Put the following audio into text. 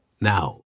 Now